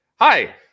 hi